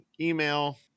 email